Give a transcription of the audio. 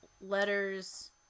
letters